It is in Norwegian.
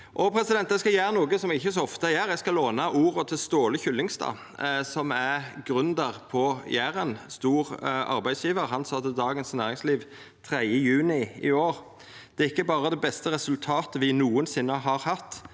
går bra. Eg skal gjera noko som eg ikkje så ofte gjer. Eg skal låna orda til Ståle Kyllingstad, som er gründer på Jæren, ein stor arbeidsgjevar. Han sa til Dagens Næringsliv 3. juni i år: «Det er ikke bare det beste resultatet vi noensinne har hatt.